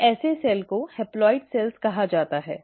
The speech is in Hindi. तो ऐसे सेल को हेप्लॉइड सेल कहा जाता है